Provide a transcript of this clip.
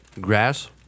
Grass